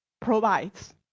provides